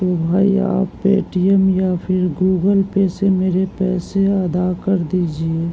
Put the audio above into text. تو بھائی آپ پے ٹی ایم یا پھر گوگل پے سے میرے پیسے ادا کر دیجیے